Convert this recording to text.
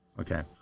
Okay